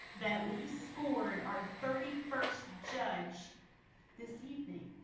that we scored our thirty first judge this evening.